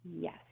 Yes